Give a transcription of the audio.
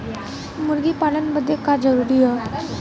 मुर्गी पालन बदे का का जरूरी ह?